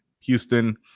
Houston